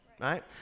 Right